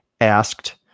asked